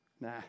nah